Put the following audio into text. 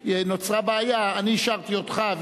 אני אישרתי אותך,